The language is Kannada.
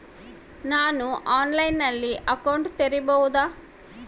ನಾನು ಆನ್ಲೈನಲ್ಲಿ ಅಕೌಂಟ್ ತೆಗಿಬಹುದಾ?